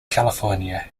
california